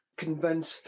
convinced